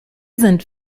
sind